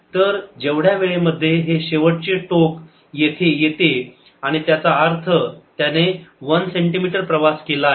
तर जेवढ्या वेळेमध्ये हे शेवटचे टोक येथे येते त्याचा अर्थ त्याने 1 सेंटीमीटर प्रवास केला आहे